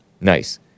Nice